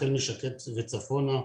החל משקד וצפונה,